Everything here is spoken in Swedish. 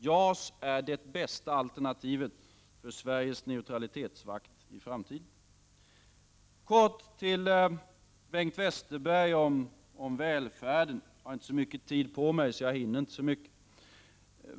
JAS är det bästa alternativet för Sveriges neutralitetsvakt i framtiden. Kort till Bengt Westerberg om välfärden — jag har inte så mycket tid på mig, så jag hinner inte säga så mycket.